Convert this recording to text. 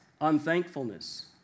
unthankfulness